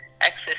access